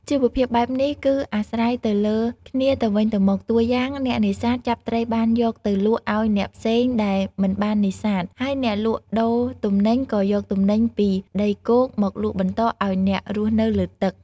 ជីវភាពបែបនេះគឺអាស្រ័យទៅលើគ្នាទៅវិញទៅមក តួយ៉ាងអ្នកនេសាទចាប់ត្រីបានយកទៅលក់ឲ្យអ្នកផ្សេងដែលមិនបាននេសាទ ហើយអ្នកលក់ដូរទំនិញក៏យកទំនិញពីដីគោកមកលក់បន្តឲ្យអ្នករស់នៅលើទឹក។